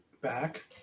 back